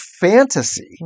fantasy